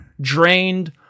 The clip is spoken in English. drained